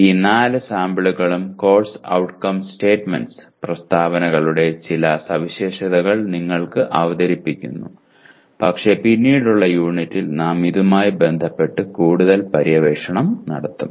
ഈ നാല് സാമ്പിളുകളും കോഴ്സ് ഔട്ട്കം സ്റ്റെമെന്റ്സ് സ്താവനകളുടെ ചില സവിശേഷതകൾ നിങ്ങൾക്ക് അവതരിപ്പിക്കുന്നു പക്ഷേ പിന്നീടുള്ള യൂണിറ്റിൽ നാം ഇതുമായി ബന്ധപെട്ടു കൂടുതൽ പര്യവേക്ഷണം നടത്തും